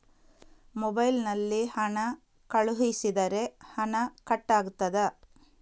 Mobile ನಲ್ಲಿ ಹಣ ಕಳುಹಿಸಿದರೆ ಹಣ ಕಟ್ ಆಗುತ್ತದಾ?